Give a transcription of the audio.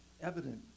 evident